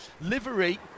livery